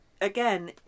Again